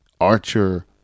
archer